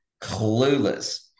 clueless